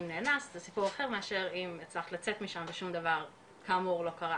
אם נאנסת הסיפור אחר אם הצלחת לצאת משם ושום דבר כאמור לא קרה